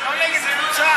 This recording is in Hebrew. זה לא נגד קבוצה.